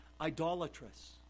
idolatrous